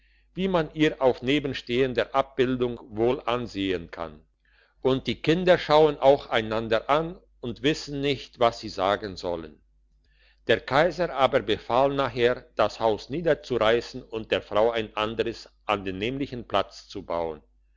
wie man ihr auf nebenstehender abbildung wohl ansehen kann und die kinder schauen auch einander an und wissen nicht was sie sagen sollen der kaiser aber befahl nachher das haus niederzureissen und der frau ein anderes an den nämlichen platz zu bauen